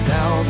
Now